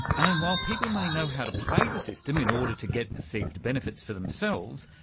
and while people may know how to play the system in order to get perceived benefits for themselves,